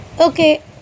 okay